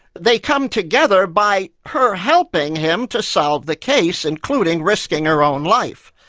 they come together by her helping him to solve the case, including risking her own life.